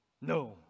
No